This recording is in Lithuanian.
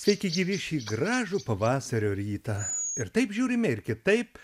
sveiki gyvi šį gražų pavasario rytą ir taip žiūrime ir kitaip